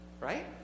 right